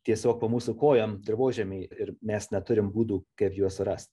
tiesiog po mūsų kojom dirvožemy ir mes neturim būdų kaip juos surast